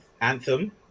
anthem